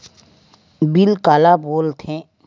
Bill काला बोल थे?